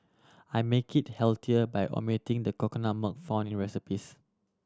I make it healthier by omitting the coconut milk found in recipes